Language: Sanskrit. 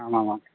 आमामाम्